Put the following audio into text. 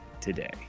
today